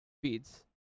speeds